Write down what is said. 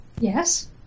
Yes